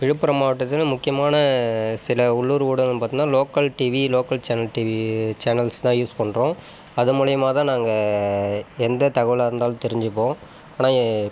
விழுப்புரம் மாவட்டத்தில் முக்கியமான சில உள்ளூர் ஊடகம் பார்த்தோனா local TV local channel TV சேனல்ஸ்தான் யூஸ் பண்ணுறோம் அது மூலயமாதான் நாங்கள் எந்த தகவலாக இருந்தாலும் தெரிஞ்சுப்போம் ஆனால் எ